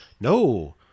no